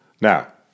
Now